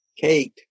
Kate